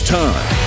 time